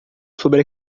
sobre